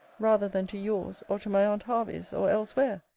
rather than to yours, or to my aunt hervey's, or else-where?